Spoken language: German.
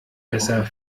besser